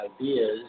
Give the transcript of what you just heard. ideas